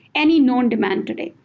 any known demand today.